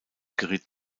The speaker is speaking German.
geriet